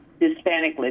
Hispanic